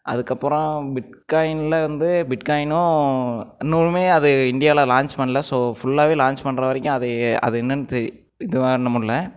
அதுக்கப்புறம் பிட் காயினில் வந்து பிட் காயினும் இன்னுமுமே அது இண்டியாவில் லான்ச் பண்ணலை ஸோ ஃபுல்லாகவே லான்ச் பண்ணுற வரைக்கும் அது அது என்னென்னு தெரி இது பண்ண முடில